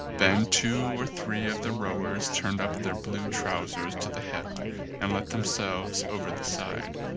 then two or three of the rowers turned up their blue trousers to the hip and let themselves over the side.